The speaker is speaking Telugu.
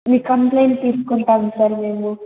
మీ కంప్లైంట్ తీసుకుంటాం సార్ మేము